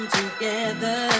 together